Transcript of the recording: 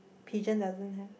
pigeon doesn't have